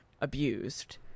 abused